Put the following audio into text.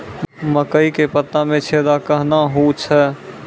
मकई के पत्ता मे छेदा कहना हु छ?